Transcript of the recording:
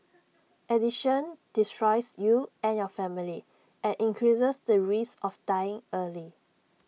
addiction destroys you and your family and increases the risk of dying early